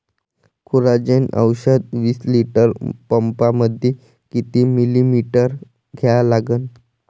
Coragen औषध विस litre पंपामंदी किती मिलीमिटर घ्या लागन?